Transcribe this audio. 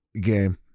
game